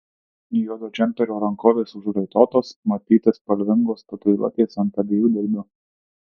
juodo džemperio rankovės užraitotos matyti spalvingos tatuiruotės ant abiejų dilbių